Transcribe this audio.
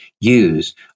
use